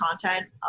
content